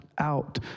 out